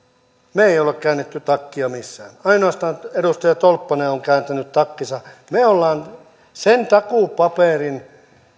me emme ole ole kääntäneet takkia missään ainoastaan edustaja tolppanen on kääntänyt takkinsa me olemme sen takuupaperin